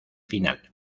final